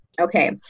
Okay